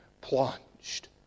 plunged